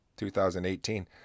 2018